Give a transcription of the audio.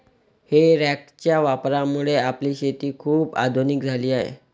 हे रॅकच्या वापरामुळे आपली शेती खूप आधुनिक झाली आहे